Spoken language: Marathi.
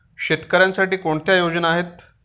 शेतकऱ्यांसाठी कोणत्या योजना आहेत?